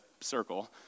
Circle